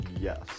Yes